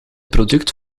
product